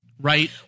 Right